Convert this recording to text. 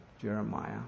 Jeremiah